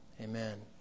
Amen